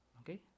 Okay